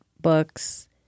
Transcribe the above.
books